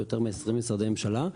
ביותר בעשרים משרדי ממשלה,